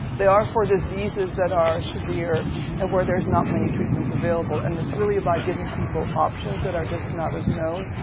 they are for diseases that are severe and where there's not many treatments available. and it's really about giving people options that are just not as known.